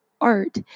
art